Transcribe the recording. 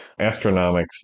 Astronomics